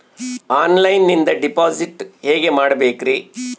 ಆನ್ಲೈನಿಂದ ಡಿಪಾಸಿಟ್ ಹೇಗೆ ಮಾಡಬೇಕ್ರಿ?